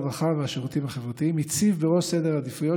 הרווחה והשירותים החברתיים הציב בראש סדר העדיפויות